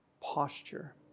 posture